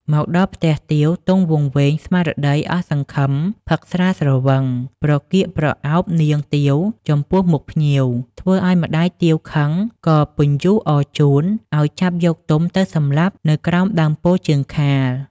មកដល់ផ្ទះទាវ ទុំវង្វេងស្មារតីអស់សង្ឃឹមផឹកស្រាស្រវឹង ប្រកៀកប្រឱបនាងទាវចំពោះមុខភ្ញៀវ ធ្វើឲ្យម្តាយទាវខឹងក៏ពន្យូសអរជូនឲ្យចាប់យកទុំទៅសម្លាប់នៅក្រោមដើមពោធិ៍ជើងខាល។